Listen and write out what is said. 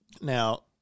Now